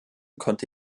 konnte